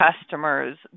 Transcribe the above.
customers